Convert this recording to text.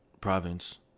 province